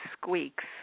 squeaks